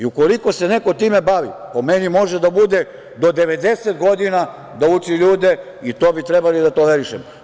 Ukoliko se neko time bavi, po meni, može da bude do 90 godina da uči ljude i to bi trebalo da tolerišemo.